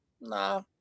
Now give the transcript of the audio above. nah